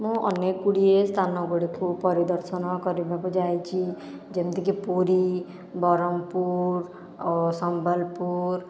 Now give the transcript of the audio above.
ମୁଁ ଅନେକ ଗୁଡ଼ିଏ ସ୍ଥାନ ଗୁଡ଼ିକୁ ପରିଦର୍ଶନ କରିବାକୁ ଯାଇଛି ଯେମିତିକି ପୁରୀ ବ୍ରହ୍ମପୁର ଓ ସମ୍ବଲପୁର